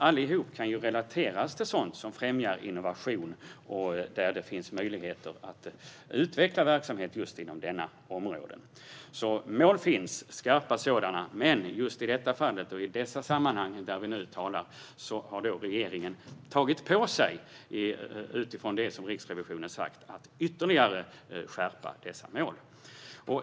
Allt detta kan relateras till sådant som främjar innovation och dit där det finns möjligheter att utveckla verksamhet inom området. Skarpa mål finns. Men just i detta fall och i dessa sammanhang som vi nu talar om har regeringen tagit på sig att ytterligare skärpa målen, utifrån det som Riksrevisionen har sagt.